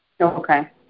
Okay